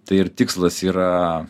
tai ir tikslas yra